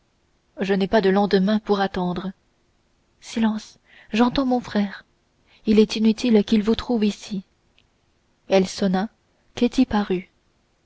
je n'ai pas de lendemain pour attendre silence j'entends mon frère il est inutile qu'il vous trouve ici elle sonna ketty parut